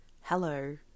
hello